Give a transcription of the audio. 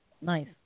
Nice